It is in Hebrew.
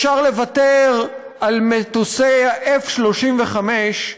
אפשר לוותר על מטוסי ה-F-35,